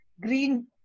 green